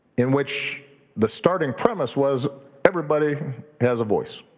in which the starting premise was everybody has a voice,